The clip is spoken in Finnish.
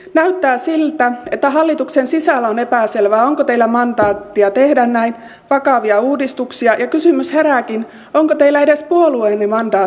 näyttää siltä että hallituksen sisällä on epäselvää onko teillä mandaattia tehdä näin vakavia uudistuksia ja kysymys herääkin onko teillä edes puolueenne mandaattia tähän